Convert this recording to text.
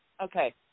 Okay